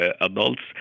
adults